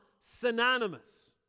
synonymous